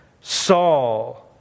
Saul